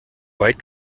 weit